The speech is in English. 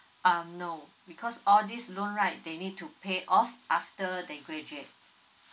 um no because all this loan right they need to pay off after they graduate